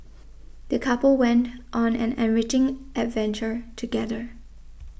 the couple went on an enriching adventure together